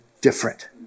different